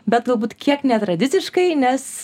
bet galbūt kiek netradiciškai nes